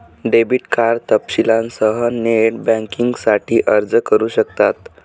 debit card तपशीलांसह net बँकिंगसाठी अर्ज करू शकतात